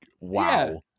Wow